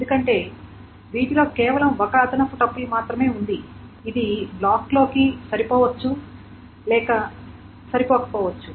ఎందుకంటే వీటిలో కేవలం ఒక అదనపు టపుల్ మాత్రమే ఉంది ఇది బ్లాక్లోకి సరిపోవచ్చు లేక సరిపోకపోవచ్చు